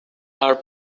are